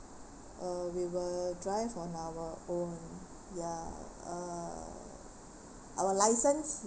uh we will drive on our own ya uh our license